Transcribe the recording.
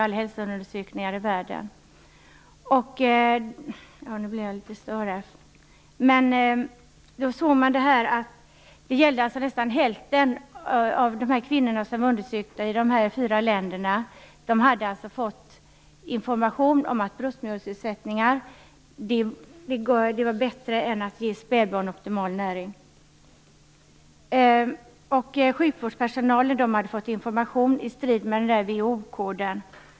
Nästan hälften av de intervjuade kvinnorna i de fyra länderna hade fått information om att det var bättre med bröstmjölksersättningar än att ge spädbarn optimal näring. Sjukvårdspersonalen hade fått information i strid med WHO-reglerna.